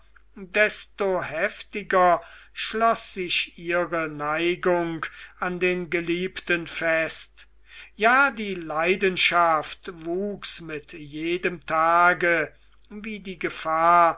desto heftiger schloß sich ihre neigung an den geliebten fest ja die leidenschaft wuchs mit jedem tage wie die gefahr